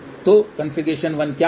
तो कॉन्फ़िगरेशन 1 क्या है